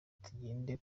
tugende